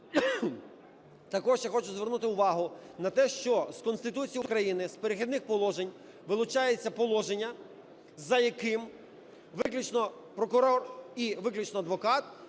Також я хочу звернути увагу на те, що з Конституції України, з "Перехідних положень" вилучається положення, за яким виключно прокурор і виключно адвокат